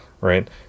right